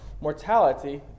mortality